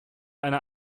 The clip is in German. einer